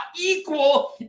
equal